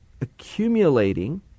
accumulating